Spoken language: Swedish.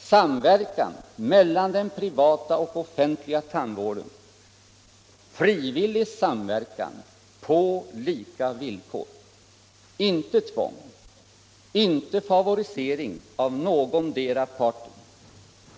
Samverkan mellan den privata och offentliga tandvården, frivillig samverkan på lika villkor. Inte tvång och inte favorisering av någondera parten.